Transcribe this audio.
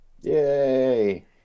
Yay